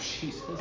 Jesus